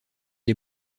est